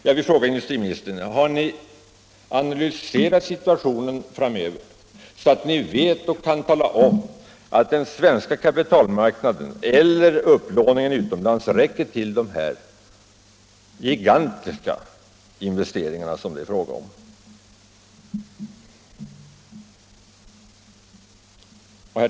Jag vill fråga industriministern: Har ni analyserat situationen framöver, så att ni vet och kan redovisa att den svenska kapitalmarknaden eller upplåningen utomlands räcker till de gigantiska investeringar som det är fråga om?